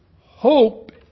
hope